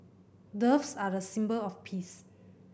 doves are a symbol of peace